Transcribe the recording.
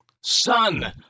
Son